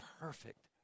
perfect